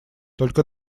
только